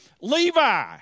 Levi